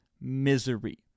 misery